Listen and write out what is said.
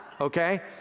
okay